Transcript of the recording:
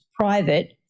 Private